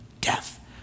death